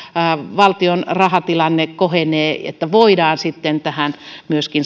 valtion rahatilanne kohenee ja että voidaan sitten myöskin